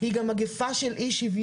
היא גם מגיפה של אי-שוויון,